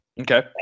Okay